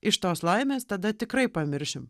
iš tos laimės tada tikrai pamiršime